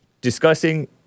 discussing